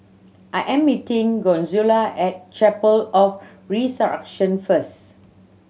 I am meeting Consuela at Chapel of the Resurrection first